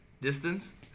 Distance